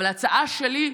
אבל ההצעה שלי,